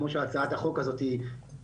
כמו שהצעת החוק הזו דיברה?